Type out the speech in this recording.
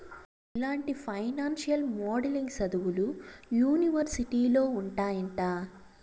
ఇలాంటి financial modelling సదువులు యూనివర్సిటీలో ఉంటాయంట